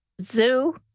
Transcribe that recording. zoo